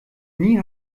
nie